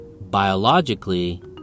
biologically